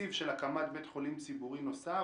התקציב של הקמת בית חולים ציבורי נוסף